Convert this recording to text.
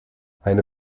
eine